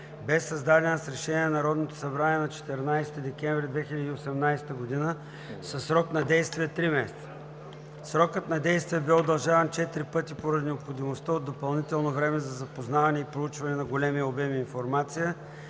бе създадена с решение на Народното събрание на 14 декември 2018 г. със срок на действие три месеца. Срокът на действие бе удължаван четири пъти поради необходимостта от допълнително време за запознаване и проучване на големия обем информация,